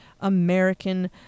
American